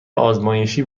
آزمایشی